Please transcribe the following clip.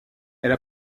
elle